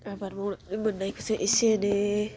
आबाद मावनानै मोन्नायखोसो एसे एनै